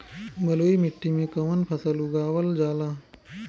बलुई मिट्टी में कवन फसल उगावल जाला?